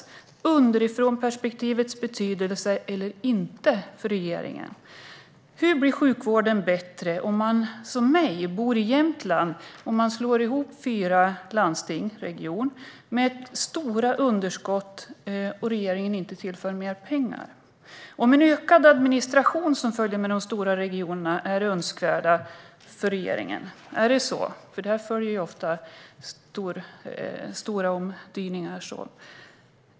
Har underifrånperspektivet betydelse eller inte för regeringen? Hur blir sjukvården bättre om man som jag bor i Jämtland om man slår ihop fyra landsting till en region med stora underskott och regeringen inte tillför mer pengar? Är en ökad administration som följer med de stora regionerna önskvärd för regeringen? Är det så? Det följer ofta på stora omdaningar.